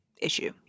issue